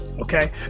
okay